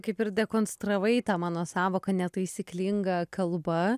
kaip ir dekonstravai tą mano sąvoką netaisyklinga kalba